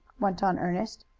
went on ernest.